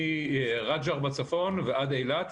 מעג'ר בצפון ועד אילת,